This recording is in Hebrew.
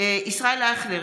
ישראל אייכלר,